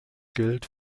gilt